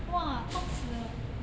!wah! 痛死了